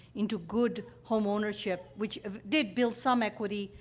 into good homeownership, which did build some equity.